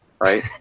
right